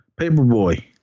Paperboy